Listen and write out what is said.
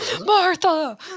martha